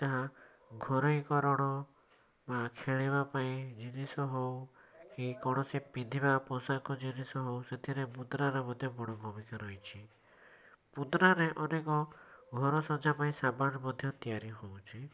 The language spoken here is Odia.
ଯାହା ଘରୋଇକରଣ ବା ଖେଳିବା ପାଇଁ ଜିନିଷ ହେଉ କି କୌଣସି ପିନ୍ଧିବା ପୋଷାକ ଜିନିଷ ହେଉ ସେଥିରେ ମୁଦ୍ରା ର ମଧ୍ୟ ବଡ଼ ଭୂମିକା ରହିଛି ମୁଦ୍ରା ରେ ଅନେକ ଘର ସଜ୍ଜା ପାଇଁ ସାମାନ ମଧ୍ୟ ତିଆରି ହେଉଛି